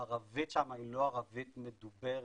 הערבית שם היא לא ערבית מדוברת,